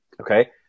Okay